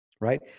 right